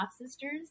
sisters